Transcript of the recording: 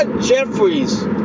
Jeffries